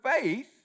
faith